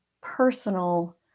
personal